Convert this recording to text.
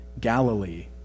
Galilee